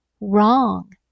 wrong